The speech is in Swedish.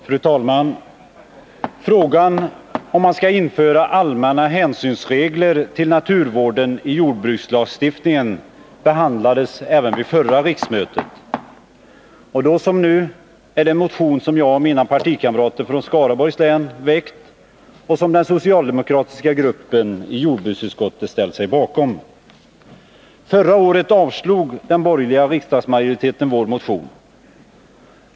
Fru talman! Frågan om man i jordbrukslagstiftningen skall föra in allmänna regler om hänsyn till naturvården behandlades även vid förra riksmötet, då som nu med anledning av en motion som jag och mina partikamrater från Skaraborgs län väckt och som den socialdemokratiska gruppen i jordbruksutskottet ställt sig bakom. Förra året avslog den borgerliga riksdagsmajoriteten vår motion.